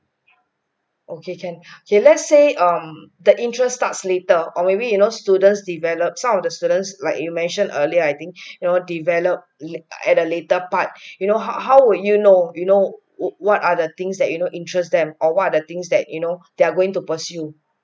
okay can okay let's say um the interest starts later or maybe you know students develop some of the students like you mentioned earlier I think you know develop late at a later part you know how how would you know you know what what are the things that you know interest them or what are things that you know they are going to pursue